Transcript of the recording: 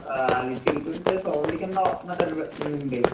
అది తిరుగుతుంటే సౌండ్ కింద వస్తున్నట్టు అనిపిస్తుందండి